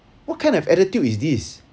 what kind of attitude is this